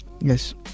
Yes